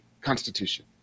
constitution